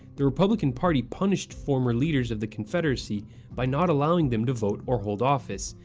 the republican party punished former leaders of the confederacy by not allowing them to vote or hold office,